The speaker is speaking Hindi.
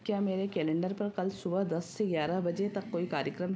क्या मेरे कैलेंडर पर कल सुबह दस से ग्यारह बजे तक कोई कार्यक्रम